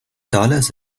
dollars